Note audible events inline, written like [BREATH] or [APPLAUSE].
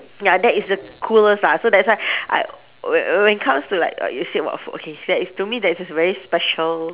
ya that is the coolest lah so that's why [BREATH] I when when it comes to like like you said about food okay that is to me there's this very special